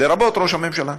לרבות ראש הממשלה.